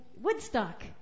Woodstock